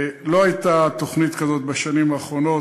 לא הייתה תוכנית כזאת בשנים האחרונות,